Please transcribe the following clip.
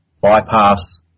bypass